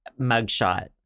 mugshot